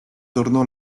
torno